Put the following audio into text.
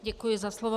Děkuji za slovo.